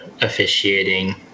officiating